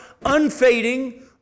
unfading